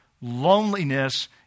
Loneliness